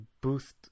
boost